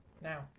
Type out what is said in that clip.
Now